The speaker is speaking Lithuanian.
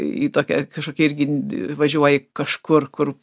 į tokią kažkokią irgi važiuoji kažkur kur